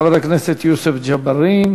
ואחריו, חבר הכנסת יוסף ג'בארין,